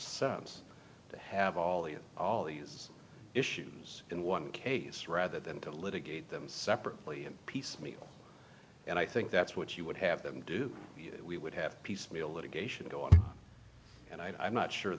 sense to have all these all these issues in one case rather than to litigate them separately piecemeal and i think that's what you would have them do we would have piecemeal litigation and i'm not sure